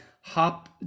hop